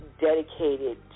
dedicated